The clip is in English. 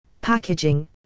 packaging